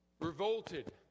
revolted